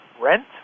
rent